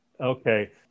Okay